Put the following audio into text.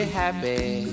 happy